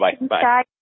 Bye-bye